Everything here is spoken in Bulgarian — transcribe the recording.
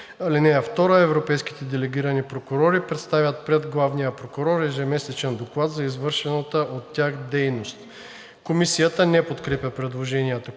начин: „(2) Европейските делегирани прокурори предоставят пред Главния прокурор ежемесечен доклад за извършената от тях дейност.“ Комисията не подкрепя предложението.